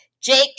Jake